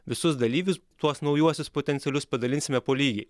visus dalyvius tuos naujuosius potencialius padalinsime po lygiai